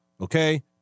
okay